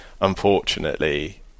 unfortunately